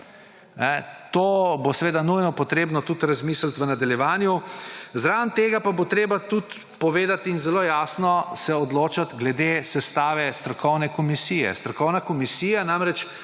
To bo seveda nujno treba tudi razmisliti v nadaljevanju. Zraven tega pa bo treba tudi povedati in se zelo jasno odločati glede sestave strokovne komisije. Strokovna komisija danes